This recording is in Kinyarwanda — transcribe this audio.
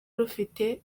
rufite